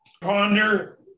Ponder